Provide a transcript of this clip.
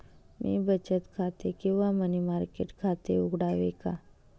मी बचत खाते किंवा मनी मार्केट खाते उघडावे का?